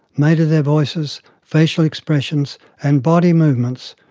made of their voices, facial expressions, and body movements,